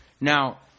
Now